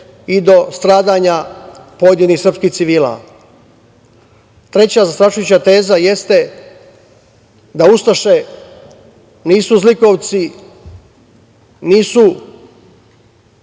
i do stradanja pojedinih srpskih civila. Treća zastrašujuća teza jeste da ustaše nisu zlikovci, nisu